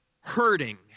hurting